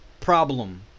problem